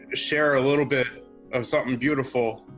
ah share a little bit of something beautiful,